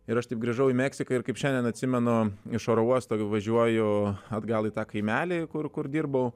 ir aš taip grįžau į meksiką ir kaip šiandien atsimenu iš oro uosto važiuoju atgal į tą kaimelį kur kur dirbau